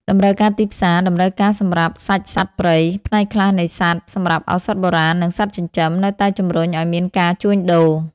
តម្រូវការទីផ្សារ តម្រូវការសម្រាប់សាច់សត្វព្រៃ ផ្នែកខ្លះនៃសត្វសម្រាប់ឱសថបុរាណ និងសត្វចិញ្ចឹម នៅតែជំរុញឱ្យមានការជួញដូរ។